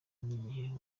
n’igihe